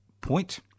point